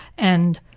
and